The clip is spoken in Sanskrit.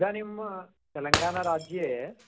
इदानीं तेलङ्गानाराज्ये